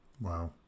Wow